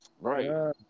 Right